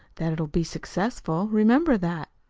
that it'll be successful remember that,